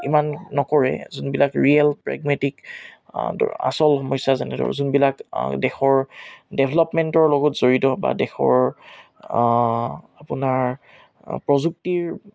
ইমান নকৰে নকৰে যোনবিলাক ৰিয়েল প্ৰেগমেটিক আচল সমস্যা ধৰক যোনবিলাক দেশৰ ডেভলপমেণ্টৰ লগত জড়িত বা দেশৰ আপোনাৰ প্ৰযুক্তিৰ